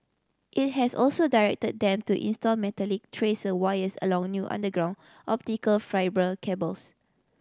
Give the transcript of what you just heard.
it has also directed them to install metallic tracer wires along new underground optical fibre cables